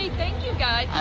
you guys